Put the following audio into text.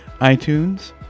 iTunes